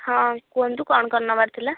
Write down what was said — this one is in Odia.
ହଁ କୁହନ୍ତୁ କ'ଣ କ'ଣ ନେବାର ଥିଲା